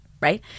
Right